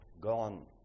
gone